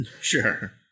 Sure